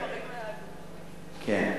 כן.